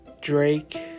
Drake